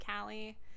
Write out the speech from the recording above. Callie –